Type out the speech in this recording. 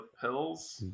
pills